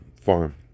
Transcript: farm